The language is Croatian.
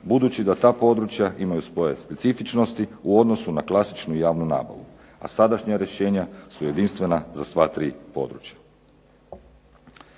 budući da ta područja imaju svoje specifičnosti u odnosu na klasičnu javnu nabavu, a sadašnja rješenja su jedinstvena za sva tri područja.